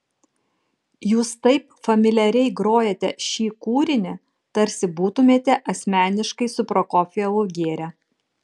jūs taip familiariai grojate šį kūrinį tarsi būtumėte asmeniškai su prokofjevu gėrę